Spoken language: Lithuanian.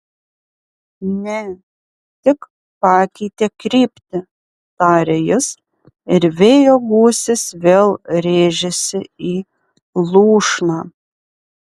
ne tik pakeitė kryptį tarė jis ir vėjo gūsis vėl rėžėsi į lūšną